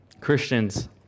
Christians